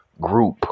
Group